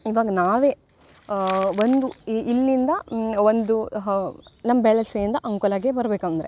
ಇವಾಗ ನಾವೇ ಒಂದು ಇಲ್ಲಿಂದ ಒಂದು ಹಾ ನಮ್ಮ ಬೆಳೆಸೆಯಿಂದ ಅಂಕೋಲಗೆ ಬರ್ಬೇಕು ಅಂದರೆ